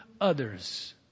others